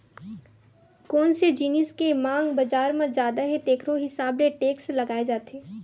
कोन से जिनिस के मांग बजार म जादा हे तेखरो हिसाब ले टेक्स लगाए जाथे